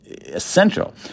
essential